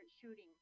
shooting